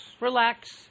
Relax